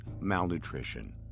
Malnutrition